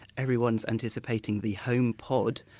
everyone's anticipating the home pod,